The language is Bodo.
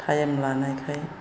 टाइम लानायखाय